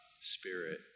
Spirit